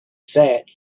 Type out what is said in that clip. sat